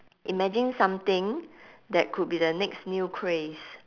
imagine something that could be the next new craze